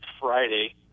Friday